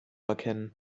erkennen